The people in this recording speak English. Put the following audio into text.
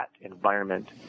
environment